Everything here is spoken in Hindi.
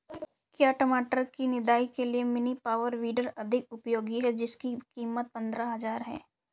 क्या टमाटर की निदाई के लिए मिनी पावर वीडर अधिक उपयोगी है जिसकी कीमत पंद्रह हजार है?